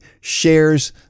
shares